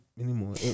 anymore